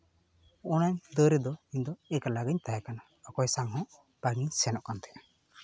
ᱚᱱᱟ ᱫᱟᱹᱲ ᱨᱮᱫᱚ ᱤᱧ ᱫᱚ ᱮᱠᱞᱟ ᱜᱤᱧ ᱛᱟᱦᱮᱸ ᱠᱟᱱᱟ ᱚᱠᱚᱭ ᱥᱟᱝ ᱦᱚᱸ ᱵᱟᱹᱧ ᱥᱮᱱᱚᱜ ᱠᱟᱱ ᱛᱟᱦᱮᱸᱫᱼᱟ